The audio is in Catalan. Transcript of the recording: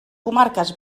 comarques